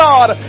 God